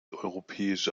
europäische